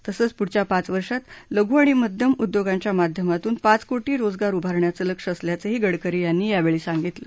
तसंच पुढच्या पाच वर्षात लघु आणि मध्यम उद्योगांच्या माध्यमातून पाच कोटी रोजगार उभारण्याचं लक्ष्य असल्याचंही गडकरी यांनी यावेळी सांगितलं